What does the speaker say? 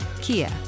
Kia